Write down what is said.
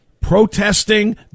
protesting